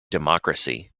democracy